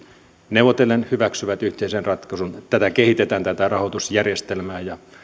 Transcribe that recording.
neuvotellen hyväksyvät yhteisen ratkaisun tätä rahoitusjärjestelmää kehitetään